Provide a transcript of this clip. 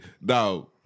now